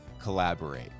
collaborate